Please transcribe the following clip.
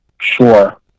sure